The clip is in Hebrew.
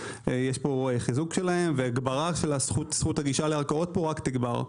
יש פה חיזוק שלהם וזכות הגישה לערכאות פה רק תגבר.